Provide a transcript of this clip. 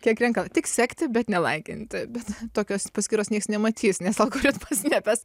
kiek renka tik sekti bet nelaikinti bet tokios paskyros nieks nematys nes algoritmas ne tas